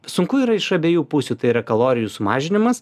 sunku yra iš abiejų pusių tai yra kalorijų sumažinimas